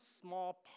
small